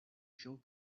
feel